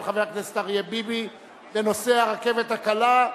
חבר הכנסת אריה ביבי בנושא הרכבת הקלה.